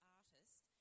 artist